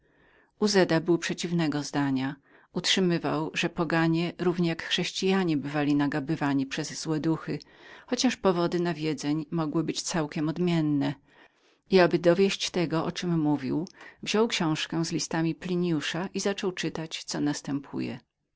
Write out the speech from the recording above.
przeciwnego zdania utrzymywał że poganie równie jak chrześcijanie bywali nagabani przez złe duchy chociaż powody nawiedzań mogły być cale odmienne i aby dowieść tego o czem mówił wziął książkę z listami pliniusza i zaczął czytać co następuje